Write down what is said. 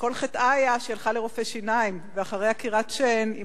שכל חטאה היה שהיא הלכה לרופא שיניים ואחרי עקירת שן היא